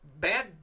bad